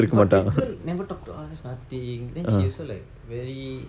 but that girl never talk to us nothing then she also like very